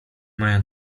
mają